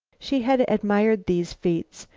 she had admired these feats,